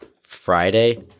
Friday